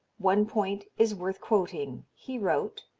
one point is worth quoting. he wrote